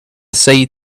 say